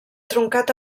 truncat